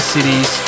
Cities